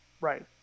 Right